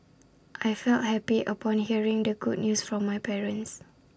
I felt happy upon hearing the good news from my parents